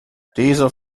dieser